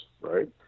right